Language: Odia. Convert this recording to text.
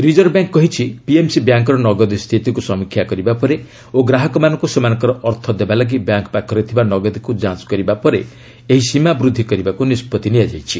ରିଜର୍ଭ ବ୍ୟାଙ୍କ କହିଛି ପିଏମ୍ସି ବ୍ୟାଙ୍କର ନଗଦି ସ୍ଥିତିକୁ ସମୀକ୍ଷା କରିବା ପରେ ଓ ଗ୍ରାହକମାନଙ୍କୁ ସେମାନଙ୍କର ଅର୍ଥ ଦେବାଲାଗି ବ୍ୟାଙ୍କ ପାଖରେ ଥିବା ନଗଦୀକୁ ଯାଞ୍ଚ କରିବା ପରେ ଏହି ସୀମା ବୃଦ୍ଧି କରିବାକୁ ନିଷ୍ପଭି ନିଆଯାଇଛି